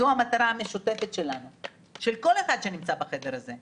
זאת המטרה המשותפת של כל אחד שנמצא בחדר הזה.